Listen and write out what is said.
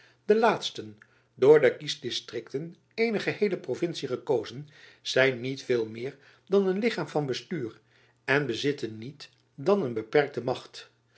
deze laatsten door de kiesdistrikten eener geheele provincie gekozen zijn niet veel meer dan een lichaam van bestuur en bezitten niet dan een beperkte macht